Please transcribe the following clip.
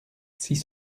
six